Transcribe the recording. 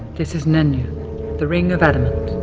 this is nenya the ring of adamant.